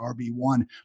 RB1